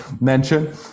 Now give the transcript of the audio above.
mention